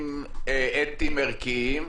לעניינים אתיים ערכיים,